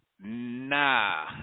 Nah